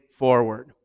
forward